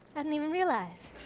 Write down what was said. i didn't even realize.